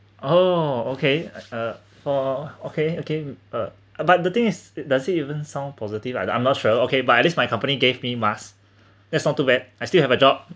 oh okay uh oh okay okay uh uh but the thing is it does it even sound positive either I'm not sure okay but at least my company gave me mask that's not too bad I still have a job